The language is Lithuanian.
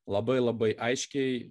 labai labai aiškiai